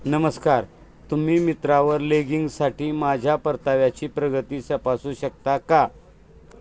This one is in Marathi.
नमस्कार तुम्ही मित्रावर लेगिंगसाठी माझ्या परताव्याची प्रगती तपासू शकता का